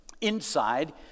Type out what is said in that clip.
inside